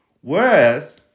Whereas